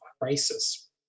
Crisis